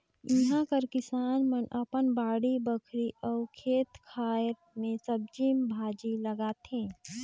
इहां कर किसान मन अपन बाड़ी बखरी अउ खेत खाएर में सब्जी भाजी लगाथें